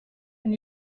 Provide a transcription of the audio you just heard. when